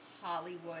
Hollywood